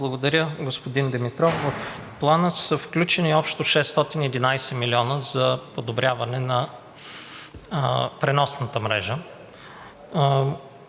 Благодаря, господин Димитров. В Плана са включени общо 611 милиона за подобряване на преносната мрежа,